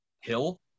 hill